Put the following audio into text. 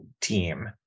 team